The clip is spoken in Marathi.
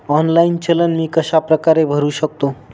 ऑनलाईन चलन मी कशाप्रकारे भरु शकतो?